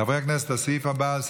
19 חברי כנסת בעד,